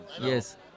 Yes